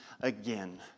again